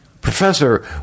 Professor